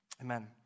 amen